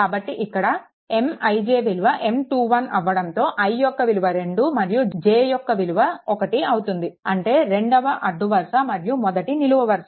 కాబట్టి ఇక్కడ Mij విలువ M21 అవ్వడంతో i యొక్క విలువ 2 మరియు j యొక్క విలువ 1 అవుతుంది అంటే రెండవ అడ్డు వరుస మరియు మొదటి నిలువ వరుస